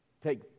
take